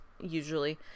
usually